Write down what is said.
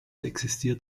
existiert